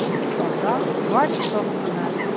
it fell down right in front of the man,